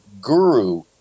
guru